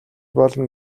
болно